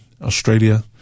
Australia